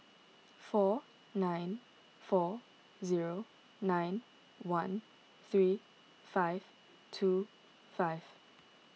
four nine four zero nine one three five two five